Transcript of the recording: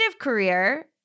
career